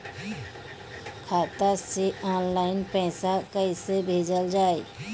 खाता से ऑनलाइन पैसा कईसे भेजल जाई?